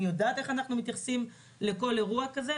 אני יודעת איך אנחנו מתייחסים לכל אירוע כזה,